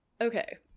Okay